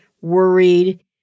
worried